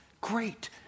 Great